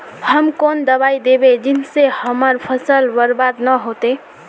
हम कौन दबाइ दैबे जिससे हमर फसल बर्बाद न होते?